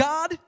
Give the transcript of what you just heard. God